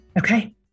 Okay